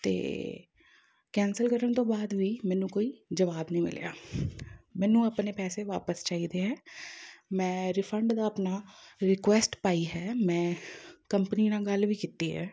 ਅਤੇ ਕੈਂਸਲ ਕਰਨ ਤੋਂ ਬਾਅਦ ਵੀ ਮੈਨੂੰ ਕੋਈ ਜਵਾਬ ਨਹੀਂ ਮਿਲਿਆ ਮੈਨੂੰ ਆਪਣੇ ਪੈਸੇ ਵਾਪਸ ਚਾਹੀਦੇ ਹੈ ਮੈਂ ਰਿਫੰਡ ਦਾ ਆਪਣਾ ਰਿਕੁਐਸਟ ਪਾਈ ਹੈ ਮੈਂ ਕੰਪਨੀ ਨਾਲ ਗੱਲ ਵੀ ਕੀਤੀ ਹੈ